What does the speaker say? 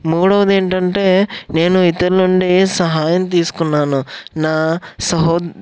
మూడవది ఏంటంటే నేను ఇతరుల నుండి సహాయం తీసుకున్నాను నా సహో